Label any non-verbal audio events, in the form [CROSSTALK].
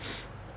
[NOISE]